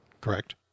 correct